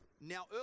Now